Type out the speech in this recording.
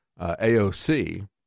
AOC